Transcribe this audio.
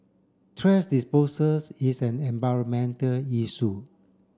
thrash disposals is an environmental issue